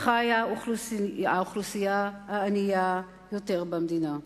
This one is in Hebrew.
חיה האוכלוסייה הענייה ביותר במדינה.